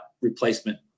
replacement